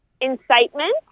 incitement